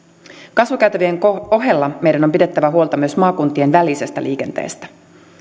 kasvukäytävien ohella meidän on pidettävä huolta myös maakuntien välisestä liikenteestä